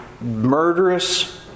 murderous